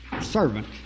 servant